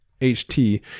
ht